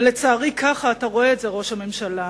ולצערי כך אתה רואה את זה, ראש הממשלה,